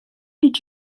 did